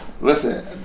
Listen